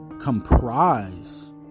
comprise